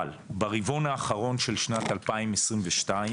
אבל ברבעון האחרון של שנת 2022,